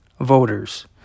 voters